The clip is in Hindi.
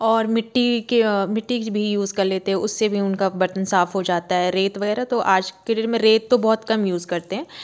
और मिट्टी के मिट्टी भी यूज कर लेते हैं उससे भी उनका बर्तन साफ हो जाता है रेत वगैरह तो आज के डेट में रेत तो बहुत कम यूज करते हैं